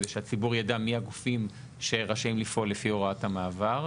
כדי שהציבור יידע מי הגופים שרשאים לפעול לפי הוראת המעבר.